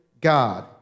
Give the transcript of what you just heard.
God